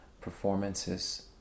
performances